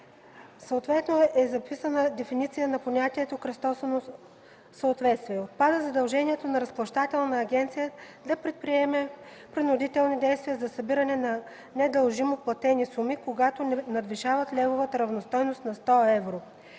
Съответно е разписана дефиниция на понятието „кръстосано съответствие”. Отпада задължението на Разплащателната агенция да предприема принудителни действия за събиране на недължимо платени суми, когато не надвишават левовата равностойност на 100 евро.